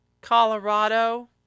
Colorado